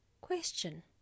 Question